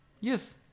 Yes